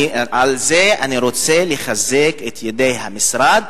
על זה אני רוצה לחזק את ידי המשרד,